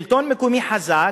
שלטון מקומי חזק,